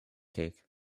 cake